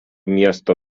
miesto